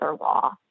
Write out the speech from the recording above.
law